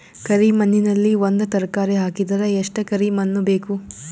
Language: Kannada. ಕರಿ ಮಣ್ಣಿನಲ್ಲಿ ಒಂದ ತರಕಾರಿ ಹಾಕಿದರ ಎಷ್ಟ ಕರಿ ಮಣ್ಣು ಬೇಕು?